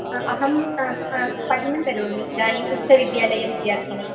अहं पठनं करोमि इदानीम् उच्चविद्यालयविद्यार्थिनी